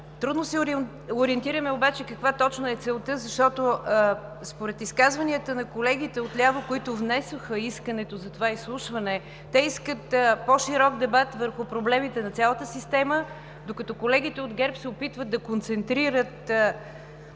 Трудно се ориентираме обаче каква точно е целта, защото според изказванията на колегите отляво, които внесоха искането за това изслушване, те искат по-широк дебат върху проблемите на цялата система, докато колегите от ГЕРБ се опитват да концентрират